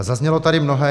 Zaznělo tady mnohé.